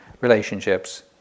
relationships